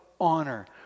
honor